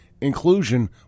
inclusion